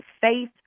faith